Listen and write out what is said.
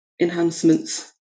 enhancements